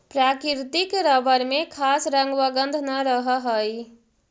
प्राकृतिक रबर में खास रंग व गन्ध न रहऽ हइ